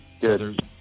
Good